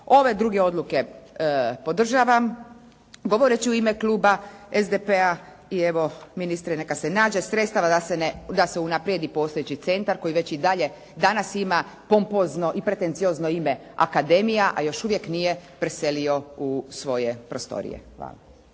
Ove druge odluke podržavam. Govoreći u ime kluba SDP-a i evo ministri neka se nađe sredstava da se unaprijedi postojeći centar koji već i danas ima pompozno i pretenciozno ime Akademija, a još uvijek nije preselio u svoje prostorije. Hvala.